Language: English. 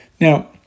Now